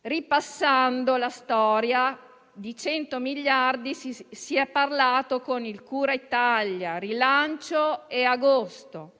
Ripassando la storia, di 100 miliardi si è parlato con i decreti cura Italia, rilancio e agosto,